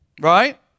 Right